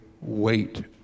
Wait